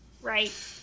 right